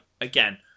again